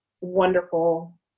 wonderful